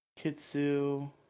Kitsu